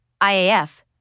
IAF